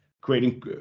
creating